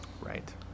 Right